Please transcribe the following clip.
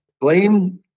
Blame